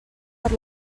per